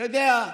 אתה יודע,